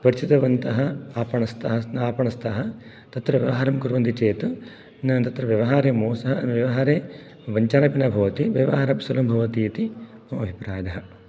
परिचितवन्तः आपणस्ताः तत्र व्यवहारं कुर्वन्ति चेत् न तत्र व्यवहारं व्यवहारे वञ्चनापि न भवति व्यवहारकुशलं भवति इति मम अभिप्रायः